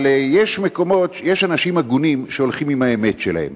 אבל יש אנשים הגונים שהולכים עם האמת שלהם.